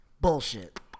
Bullshit